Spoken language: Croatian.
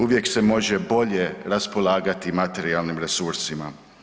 Uvijek se može bolje raspolagati materijalnim resursima.